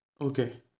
Okay